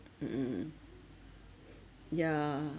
mm yeah